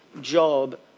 job